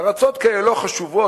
ארצות כאלה לא חשובות,